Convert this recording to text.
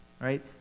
right